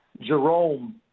Jerome